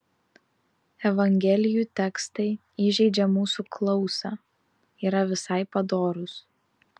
evangelijų tekstai įžeidžią mūsų klausą yra visai padorūs